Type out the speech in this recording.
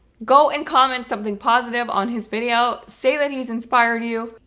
go and comment something positive on his video. say that he's inspired you.